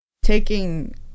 Taking